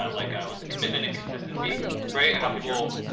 like a, it was a commitment and consistency. right. and how people,